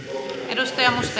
arvoisa puhemies